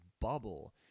bubble